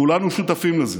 כולנו שותפים לזה,